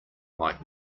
like